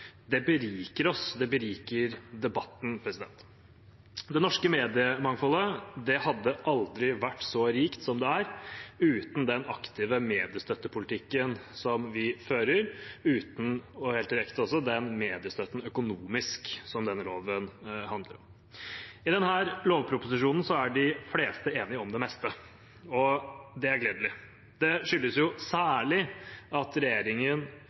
beriker oss, det beriker debatten. Det norske mediemangfoldet hadde aldri vært så rikt som det er, uten den aktive mediestøttepolitikken vi fører, uten – og helt direkte også – den mediestøtten økonomisk som denne loven handler om. I denne lovproposisjonen er de fleste enige om det meste, og det er gledelig. Det skyldes særlig at regjeringen